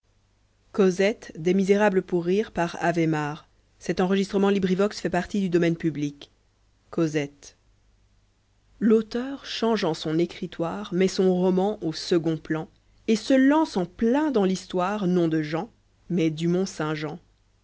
cosette cosette l'auteur changeant son écriloire met son romani au second plafti v et se lance en plein dans l'histoire non do jean mais du